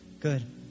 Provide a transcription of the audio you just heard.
Good